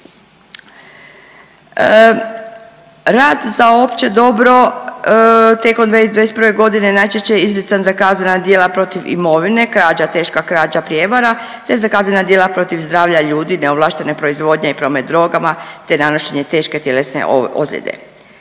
Rad za opće dobro tijekom 2021. godine najčešće je izrican za kaznena djela protiv imovine, krađa, teška krađa, prijevara te za kaznena djela protiv zdravlja ljudi, neovlaštene proizvodnje i promet drogama te nanošenje teške tjelesne ozljede.